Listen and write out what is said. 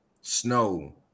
Snow